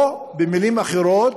או במילים אחרות: